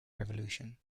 revolution